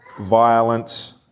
violence